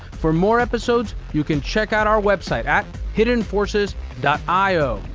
for more episodes, you can check out our website at hiddenforces io.